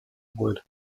wood